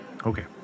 Okay